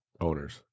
owners